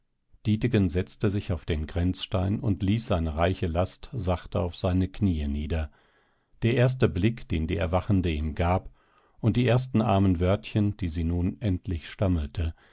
dietegen setzte sich auf den grenzstein und ließ seine reiche last sachte auf seine kniee nieder der erste blick den die erwachende ihm gab und die ersten armen wörtchen die sie nun endlich stammelte